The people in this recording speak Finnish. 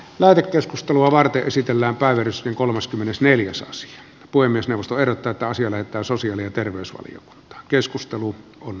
nato keskustelua varten esitellään päivitys ja kolmaskymmenesneljäs gxh voi myös nousta erottaa tosi on että sosiaali ja terveysvalio keskustelu on